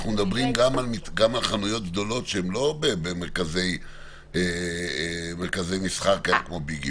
אנחנו מדברים גם על חנויות גדולות שהן לא במרכזי מסחר כמו ביגים.